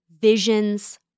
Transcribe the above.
visions